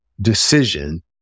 decision